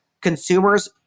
consumers